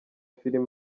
film